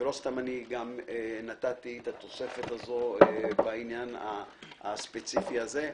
לא סתם נתתי את התוספת הזו בעניין הספציפי הזה,